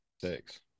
six